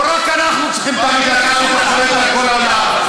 או שרק אנחנו צריכים תמיד לקחת אחריות לכל העולם?